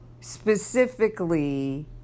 specifically